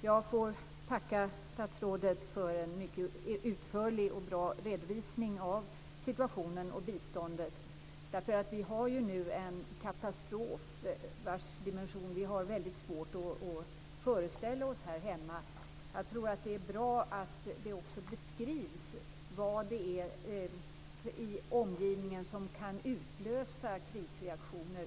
Jag tackar statsrådet för en mycket utförlig och bra redovisning av situationen och av biståndet. Vi har nu en katastrof vars dimension vi har väldigt svårt att föreställa oss här hemma. Jag tror att det är bra att det också beskrivs vad det är i omgivningen som kan utlösa krisreaktioner.